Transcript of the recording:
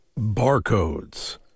Barcodes